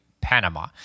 Panama